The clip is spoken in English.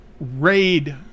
Raid